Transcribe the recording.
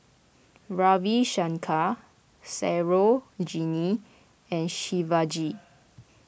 Ravi Shankar Sarojini and Shivaji